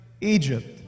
Egypt